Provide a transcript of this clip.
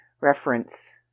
reference